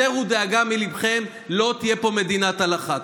הסירו דאגה מליבכם: לא תהיה פה מדינת הלכה.